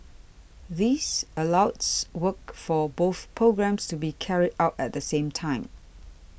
this allows works for both programmes to be carried out at the same time